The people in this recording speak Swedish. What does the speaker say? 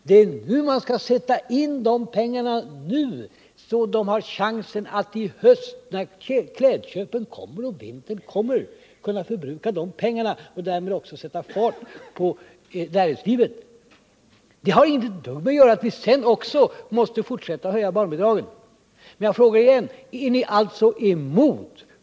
Det är nu man skall sätta in pengarna, så att barnfamiljerna har chansen att i höst, när klädköpen inför vintern är aktuella, kunna förbruka pengarna och därmed sätta fart på näringslivet. Det har inte ett dugg att göra med att vi sedan också måste fortsätta att höja barnbidragen. Är ni emot denna engångshöjning?